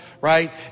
Right